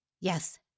Yes